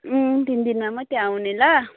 तिन दिनमा मात्रै आउने ल